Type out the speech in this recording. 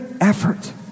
effort